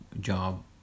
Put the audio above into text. job